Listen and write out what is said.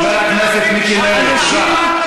חבר הכנסת מיקי לוי, תודה.